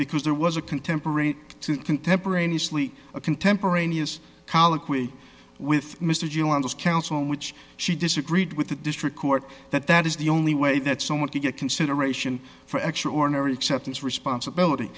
because there was a contemporary to contemporaneously a contemporaneous colloquy with mr gilani counsel in which she disagreed with the district court that that is the only way that someone could get consideration for extraordinary acceptance of responsibility